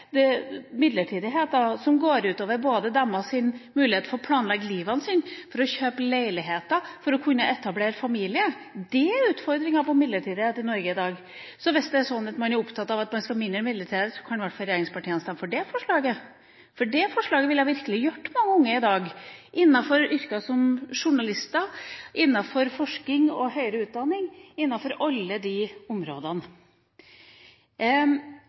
midlertidige ansettelser som går ut over deres mulighet for å planlegge livet sitt, for å kjøpe leilighet, for å kunne etablere familie – det er utfordringer når det gjelder midlertidighet i Norge i dag. Hvis det er sånn at man er opptatt av at man skal ha mindre midlertidighet, kan regjeringspartiene i hvert fall stemme for det forslaget, for det ville virkelig ha hjulpet mange unge i dag, innenfor yrker som journalister, innenfor forskning og høyere utdanning, innenfor alle de områdene.